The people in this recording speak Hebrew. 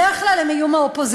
בדרך כלל הם יהיו מהאופוזיציה.